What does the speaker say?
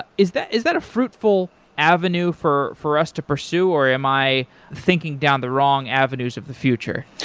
is that is that a fruitful avenue for for us to pursue, or am i thinking down the wrong avenues of the future?